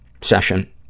session